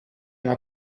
una